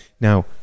Now